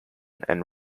and